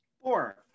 Four